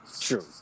true